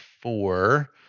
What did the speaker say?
four